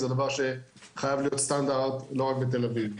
זה דבר שחייב להיות סטנדרט לא רק בתל אביב.